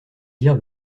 dire